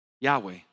Yahweh